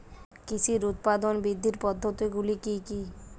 কৃষির উৎপাদন বৃদ্ধির পদ্ধতিগুলি কী কী?